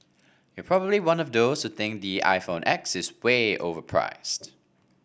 you're probably one of those think the iPhone X is way overpriced